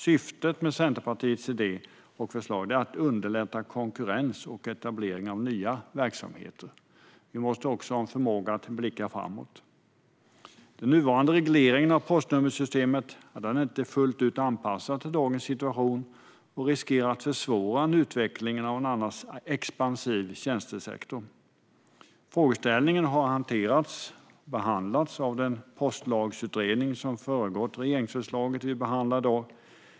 Syftet med Centerpartiets förslag är att underlätta konkurrens och etablering av nya verksamheter. Vi måste också ha förmåga att blicka framåt. Den nuvarande regleringen av postnummersystemet är inte fullt ut anpassad till dagens situation och riskerar att försvåra utvecklingen av en annars expansiv tjänstesektor. Frågeställningen har behandlats av den utredning som föregått regeringsförslaget vi behandlar i dag.